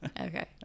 Okay